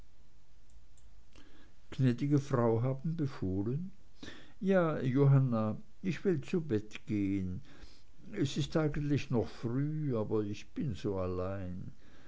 gnäd'ge frau haben befohlen ja johanna ich will zu bett gehen es ist eigentlich noch früh aber ich bin so allein